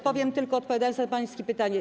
Powiem tylko, odpowiadając na pańskie pytanie.